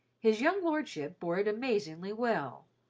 his young lordship bore it amazingly well.